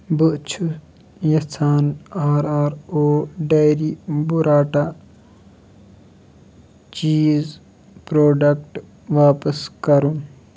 بہٕ چھُ یژھان آر آر او ڈایری بُراٹا چیٖز پروڈکٹ واپَس کرُن